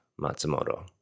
Matsumoto